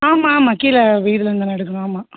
ஆமாம் ஆமாம் கீழே வீடு வேலை நடக்கணும் ஆமாம்